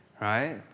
right